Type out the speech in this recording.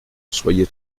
soyez